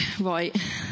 right